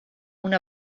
una